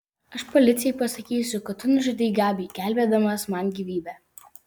aš policijai pasakysiu kad tu nužudei gabį gelbėdamas man gyvybę